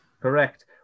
Correct